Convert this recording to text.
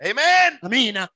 Amen